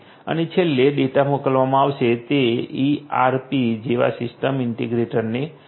અને છેલ્લે ડેટા મોકલવામાં આવશે તે ERP જેવા સિસ્ટમ ઇન્ટિગ્રેટરને હોઈ શકે છે